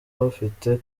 bafite